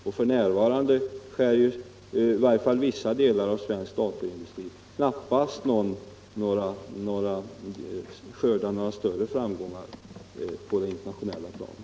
F. n. skördar i varje fall vissa delar av svensk datorindustri knappast några större framgångar på det internationella planet.